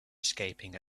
escaping